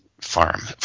farm